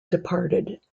departed